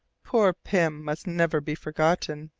poor pym must never be forgotten.